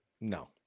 No